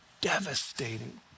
devastating